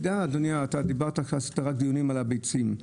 אדוני, ערכת פה דיונים על הביצים,